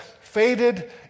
faded